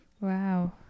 Wow